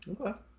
Okay